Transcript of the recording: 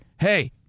hey